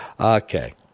Okay